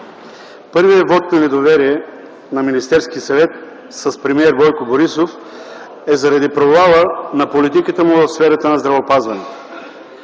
Първият вот на недоверие на Министерския съвет с премиер Бойко Борисов е заради провала на политиката му в сферата на здравеопазването.